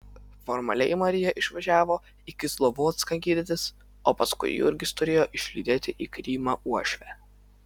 formaliai marija išvažiavo į kislovodską gydytis o paskui jurgis turėjo išlydėti į krymą uošvę